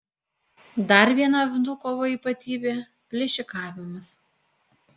dar viena vnukovo ypatybė plėšikavimas